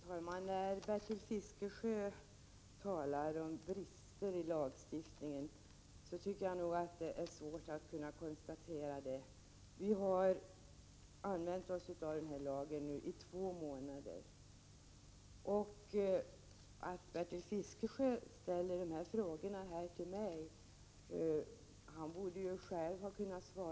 Fru talman! Bertil Fiskesjö talar om brister i lagstiftningen. Jag tycker nog att det är svårt att kunna konstatera sådana brister. Vi har ju bara använt oss av den här lagen i två månader. Dessutom borde Bertil Fiskesjö själv kunna svara på de frågor han här ställer till mig.